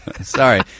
Sorry